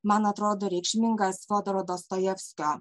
man atrodo reikšmingas fiodoro dostojevskio